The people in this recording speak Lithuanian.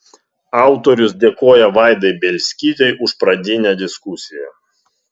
autorius dėkoja vaidai bielskytei už pradinę diskusiją